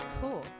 Cool